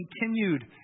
continued